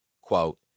Quote